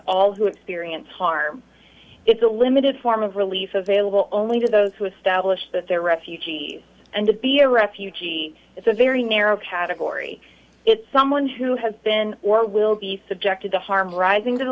all who experience harm it's a limited form of relief available only to those who establish that they're refugees and to be a refugee is a very narrow category it's someone who has been or will be subjected to harm rising to the